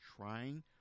Trying